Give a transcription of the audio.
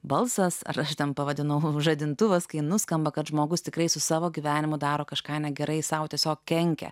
balsas ar šitam pavadino holu žadintuvas kai nuskamba kad žmogus tikrai su savo gyvenimu daro kažką negerai sau tiesiog kenkia